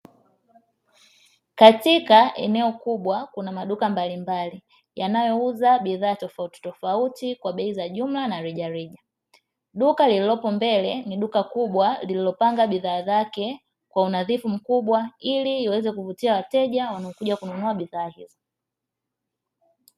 Katika eneo kubwa kuna maduka mbalimbali yanayouza bidhaa mbalimbali kwa jumla na rejareja duka lililopo mbele ni duka lililopanga bidhaa zake kwa unadhifu mkubwa ili liweze kuvutia wateja kununua bidhaa hizo.